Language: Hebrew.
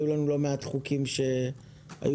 היו לנו לא מעט חוקים שהם בקונצנזוס.